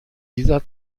dieser